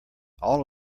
all